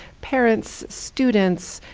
parents, students,